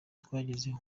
twagezeho